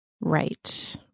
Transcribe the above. right